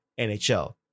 NHL